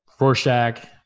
Rorschach